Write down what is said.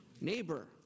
neighbor